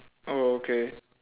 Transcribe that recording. oh okay